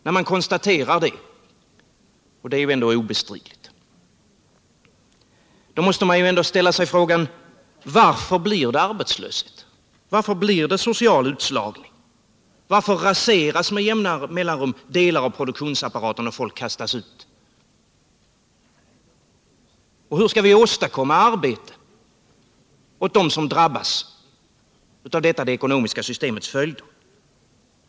När man konstaterar detta — och det är obestridligt — måste man ändå ställa sig frågan: Varför uppstår det arbetslöshet? Varför blir det social utslagning? Varför raseras med jämna mellanrum delar av produktionsapparaten så att folk kastas ut? Och hur skall vi åstadkonima arbete åt dem som drabbas av det ekonomiska systemets följder?